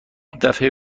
دفعه